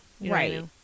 right